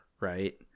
right